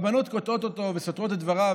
הבנות קוטעות אותו וסותרות את דבריו,